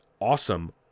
awesome